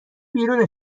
بیرون